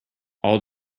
all